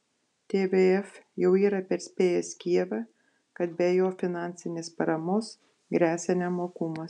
tvf jau yra perspėjęs kijevą kad be jo finansinės paramos gresia nemokumas